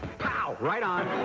pow! right on.